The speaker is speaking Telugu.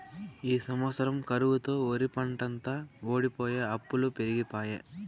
ఈ సంవత్సరం కరువుతో ఒరిపంటంతా వోడిపోయె అప్పులు పెరిగిపాయె